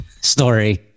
story